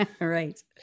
Right